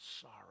sorrow